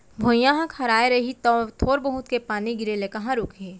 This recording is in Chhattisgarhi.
भुइयॉं ह खराय रही तौ थोर बहुत के पानी गिरे ले कहॉं रूकही